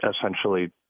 essentially